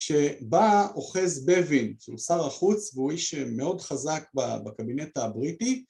שבה אוחז בבין, שהוא שר החוץ, והוא איש מאוד חזק בקבינט הבריטי